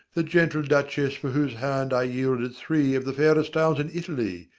the gentle duchess for whose hand i yielded three of the fairest towns in italy,